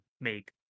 make